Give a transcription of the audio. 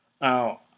Now